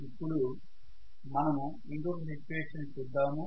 ఇపుడు మనము ఇంకొక సిట్యుయేషన్ ని చూద్దాము